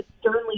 sternly